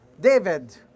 David